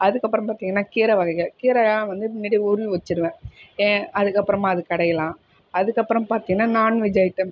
அதுக்கு அப்புறம் பார்த்தீங்கன்னா கீரை வகைகள் கீரைலாம் வந்து முன்னடியே உருவி வச்சுருவேன் ஏ அதுக்கு அப்புறமா அது கடையலாம் அதுக்கு அப்புறம் பார்த்தீங்கன்னா நான்வெஜ் ஐட்டம்